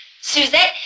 Suzette